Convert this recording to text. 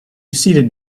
seated